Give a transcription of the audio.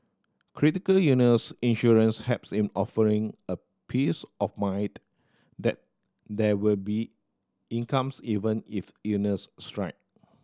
critical illness insurance helps in offering a peace of mind that there will be incomes even if illness strike